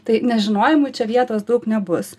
tai nežinojimui čia vietos daug nebus